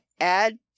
add